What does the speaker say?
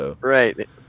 right